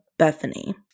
Bethany